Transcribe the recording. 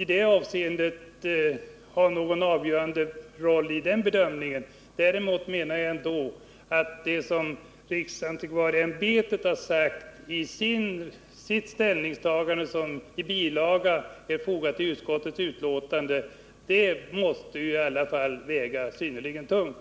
något sätt spela någon avgörande roll, men däremot anser jag att det som riksantikvarieämbetet sagt i det yttrande som föreligger i bilaga till utskottsbetänkandet måste väga synnerligen tungt.